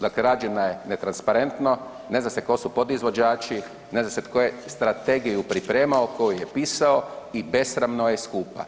Dakle, rađena je netransparentno, ne zna se tko su podizvođači, ne zna se tko je strategiju pripremao, tko ju je pisao i besramno je skupa.